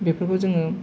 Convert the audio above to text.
बेफोरखौ जोङो